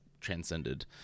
transcended